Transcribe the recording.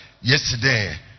yesterday